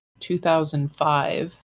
2005